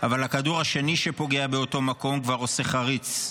אבל הכדור השני כשפוגע באותו מקום כבר עושה חריץ,